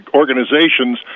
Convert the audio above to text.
organizations